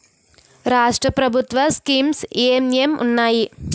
రాష్ట్రం ప్రభుత్వ స్కీమ్స్ ఎం ఎం ఉన్నాయి?